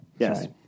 Yes